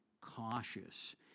cautious